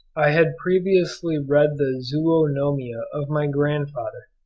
i had previously read the zoonomia of my grandfather,